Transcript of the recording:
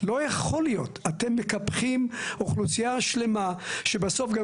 אתם מקפחים אוכלוסייה שלמה שבסוף גם